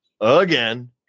again